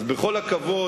אז בכל הכבוד,